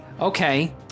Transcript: Okay